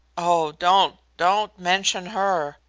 oh don't don't mention her,